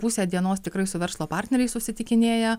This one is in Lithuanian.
pusę dienos tikrai su verslo partneriais susitikinėja